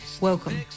welcome